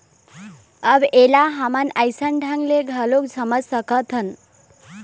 अब ऐला हमन अइसन ढंग ले घलोक समझ सकथन